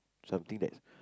something that's